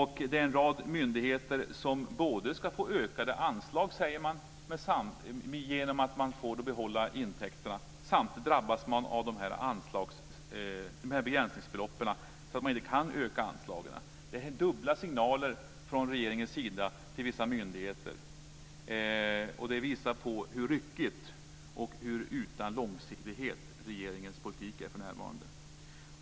Det är en rad myndigheter som ska få ökade anslag, säger man, genom att de får behålla intäkterna. Samtidigt drabbas de av de här begränsningsbeloppen, så att de inte kan öka anslagen. Det är dubbla signaler från regeringens sida till vissa myndigheter. Det visar på hur ryckig och hur utan långsiktighet regeringens politik är för närvarande.